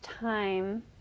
time